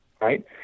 right